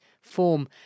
form